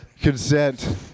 consent